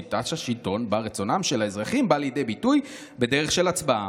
שיטת שלטון שבה רצונם של האזרחים בא לידי ביטוי בדרך של הצבעה.